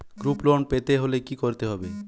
Group loan পেতে হলে কি করতে হবে?